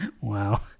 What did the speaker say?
Wow